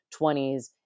20s